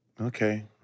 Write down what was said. okay